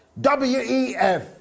W-E-F